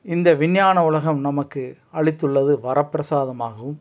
இந்த விஞ்ஞான உலகம் நமக்கு அளித்துள்ளது வரப்பிரசாதமாகவும்